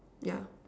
yeah